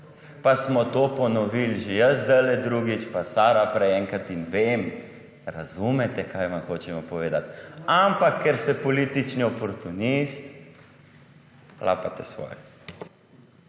Pa smo to ponovili že jaz zdajle drugič, pa Sara prej enkrat. Vem, razumete, kaj vam hočemo povedati, ampak ker ste politični oportunist, lapate svoje.